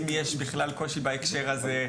אם יש בכלל קושי בהקשר הזה.